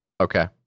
Okay